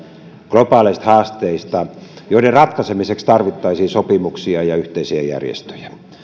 globaaleista haasteista joiden ratkaisemiseksi tarvittaisiin sopimuksia ja yhteisiä järjestöjä